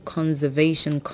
Conservation